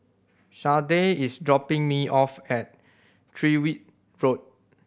Sharday is dropping me off at Tyrwhitt Road